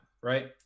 right